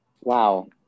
Wow